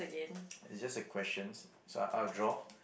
it's just the questions so I'll I'll draw